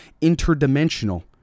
interdimensional